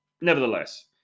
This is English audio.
nevertheless